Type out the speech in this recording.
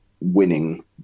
winning